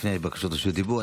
לפני בקשות רשות דיבור,